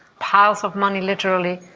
powers of money literally,